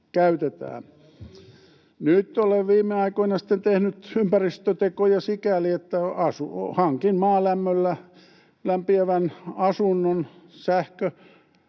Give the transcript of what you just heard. välihuuto] Nyt olen viime aikoina sitten tehnyt ympäristötekoja sikäli, että hankin maalämmöllä lämpiävän asunnon,